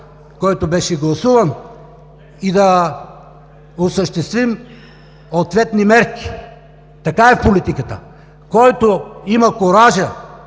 който беше гласуван, и да осъществим ответни мерки. Така е в политиката – който има куража